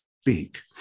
speak